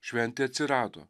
šventė atsirado